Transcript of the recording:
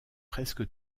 presque